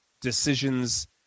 decisions